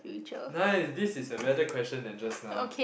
nice this is a better question than just now